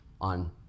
on